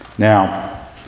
Now